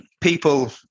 people